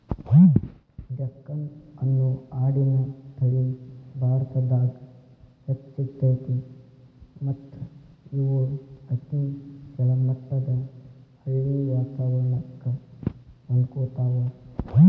ಡೆಕ್ಕನಿ ಅನ್ನೋ ಆಡಿನ ತಳಿ ಭಾರತದಾಗ್ ಹೆಚ್ಚ್ ಸಿಗ್ತೇತಿ ಮತ್ತ್ ಇವು ಅತಿ ಕೆಳಮಟ್ಟದ ಹಳ್ಳಿ ವಾತವರಣಕ್ಕ ಹೊಂದ್ಕೊತಾವ